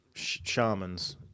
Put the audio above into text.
shamans